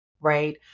right